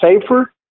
safer